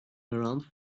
around